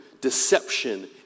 deception